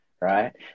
Right